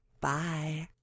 Bye